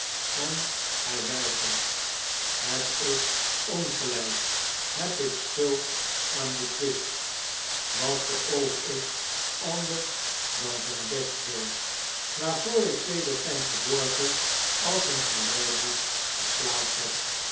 en hij weigert heb ik ongelijk heb ik schuld aan den twist wat beoog ik anders dan zijn bestwil waarvoor ik sedert zijn geboorte als ecn galeiboef geslaafd heb